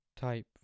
Type